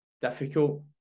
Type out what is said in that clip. difficult